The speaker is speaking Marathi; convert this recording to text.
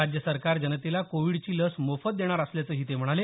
राज्य सरकार जनतेला कोविडची लस मोफत देणार असल्याचं ते म्हणाले